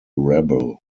rebel